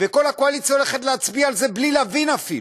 וכל הקואליציה הולכת להצביע על זה בלי להבין אפילו.